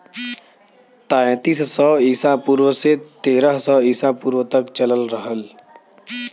तैंतीस सौ ईसा पूर्व से तेरह सौ ईसा पूर्व तक चलल रहल